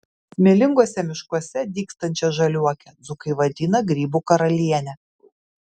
smėlinguose miškuose dygstančią žaliuokę dzūkai vadina grybų karaliene